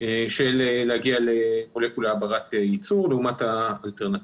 להגיע למולקולה ברת ייצור לעומת האלטרנטיבות.